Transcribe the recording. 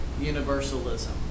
universalism